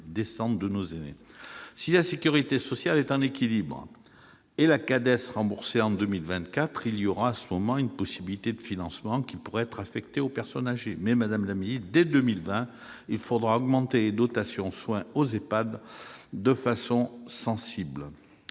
décente de nos aînés. Si la sécurité sociale est à l'équilibre et la CADES remboursée en 2024, il y aura, à ce moment, une possibilité de financement qui pourrait être affecté aux personnes âgées. Toutefois, madame la secrétaire d'État, dès 2020, il faudra augmenter les dotations soins aux EHPAD de façon sensible.